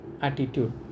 attitude